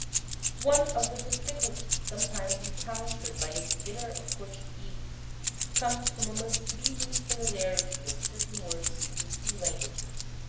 one of the difficulties sometimes encountered by a beginner of portuguese comes from a misleading similarity of certain words in the two languages.